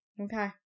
Okay